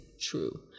true